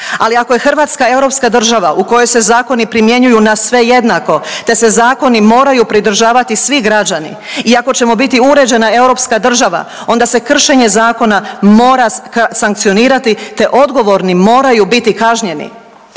Ali ako je Hrvatska europska država u kojoj se zakoni primjenjuju na sve jednako, te se zakoni moraju pridržavati svi građani i ako ćemo biti uređena europska država onda se kršenje zakona mora sankcionirati, te odgovorni moraju biti kažnjeni.